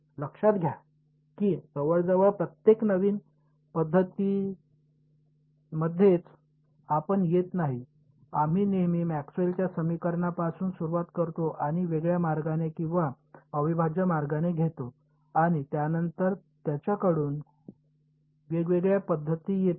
लक्षात घ्या की जवळजवळ प्रत्येक नवीन पद्धतीमध्येच आपण येत नाही आम्ही नेहमीच मॅक्सवेलच्या समीकरणापासून सुरुवात करतो आणि वेगळ्या मार्गाने किंवा अविभाज्य मार्गाने घेतो आणि त्यानंतर त्यांच्याकडून वेगवेगळ्या पद्धती येतात